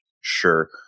sure